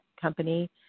company